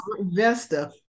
Vesta